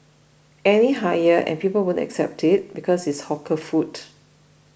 any higher and people won't accept it because it's hawker food